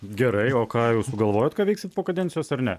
gerai o ką jūs sugalvojot ką veiksit po kadencijos ar ne